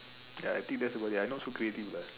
ya I think that is about it I not so creative lah